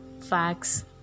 facts